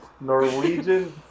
Norwegian